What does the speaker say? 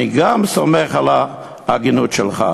אני גם סומך על ההגינות שלך.